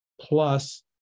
Plus